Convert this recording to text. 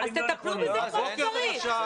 אז תטפלו בזה כמו שצריך.